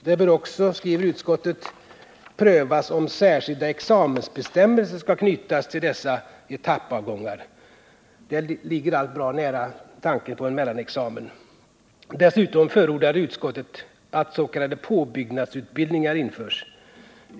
Det bör också, skriver utskottet, prövas om särskilda examensbestämmelser skall knytas till dessa etappavgångar. Det ligger allt bra nära tanken på en mellanexamen. Dessutom förordar utskottet att s.k. påbyggnadsutbildningar införs.